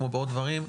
כמו בעוד דברים,